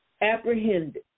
apprehended